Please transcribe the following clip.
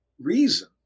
reason